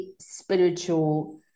spiritual